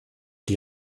die